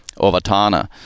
Ovatana